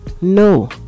No